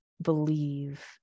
Believe